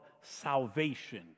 salvation